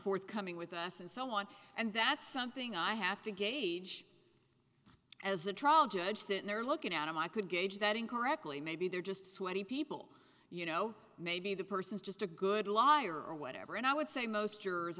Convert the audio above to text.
forthcoming with us and so on and that's something i have to gauge as a trial judge sitting there looking out and i could gauge that incorrectly maybe they're just sweating people you know maybe the person is just a good liar or whatever and i would say most